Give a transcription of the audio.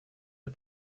der